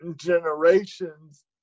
generations